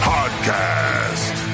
Podcast